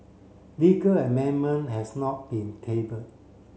legal amendment has not been tabled